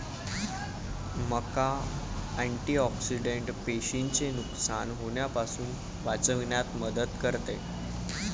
मका अँटिऑक्सिडेंट पेशींचे नुकसान होण्यापासून वाचविण्यात मदत करते